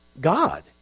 God